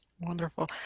Wonderful